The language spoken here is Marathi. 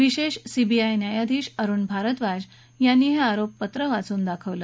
विशेष सीबीआय न्यायाधीश अरुण भारद्वाज यांनी हे आरोपपत्र वाचून दाखवलं